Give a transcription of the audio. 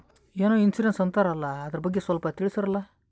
ಏನೋ ಇನ್ಸೂರೆನ್ಸ್ ಅಂತಾರಲ್ಲ, ಅದರ ಬಗ್ಗೆ ಸ್ವಲ್ಪ ತಿಳಿಸರಲಾ?